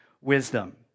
wisdom